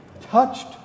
touched